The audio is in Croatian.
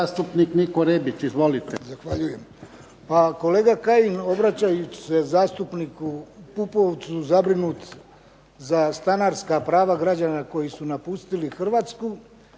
zastupnik Niko Rebić. Izvolite.